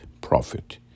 prophet